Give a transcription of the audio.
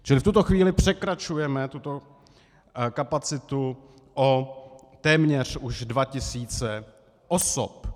Čili v tuto chvíli překračujeme tuto kapacitu o téměř už dva tisíce osob.